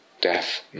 death